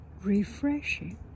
refreshing